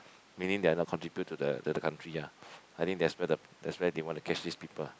meaning they're not contribute to the the the country ah I think that's where the that's why they want to catch these people